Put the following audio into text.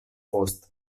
post